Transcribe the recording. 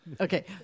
Okay